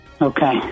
Okay